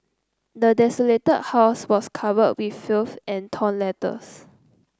the desolated house was covered with filth and torn letters